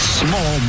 small